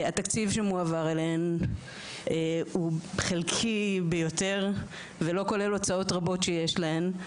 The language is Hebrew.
התקציב שמועבר אליהן הוא חלקי ביותר ולא כולל הוצאות רבות שיש להן.